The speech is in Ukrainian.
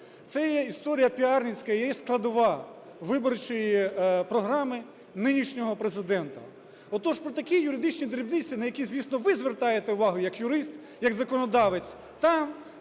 Це є історія піарницька і складова виборчої програми нинішнього Президента. Отож, про такі юридичні дрібниці, на які, звісно, ви звертаєте увагу як юрист, як законодавець,